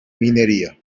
minería